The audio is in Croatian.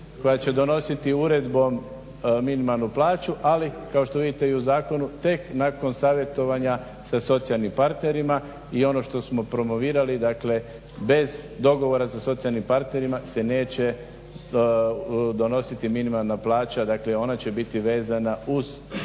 koja će donositi uredbom minimalnu plaću ali kao što vidite i u zakonu tek nakon savjetovanja sa socijalnim parterima i ono što smo promovirali bez dogovora sa socijalnim partnerima se neće donositi minimalna plaća, dakle ona će biti vezana uz